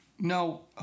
No